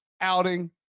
outing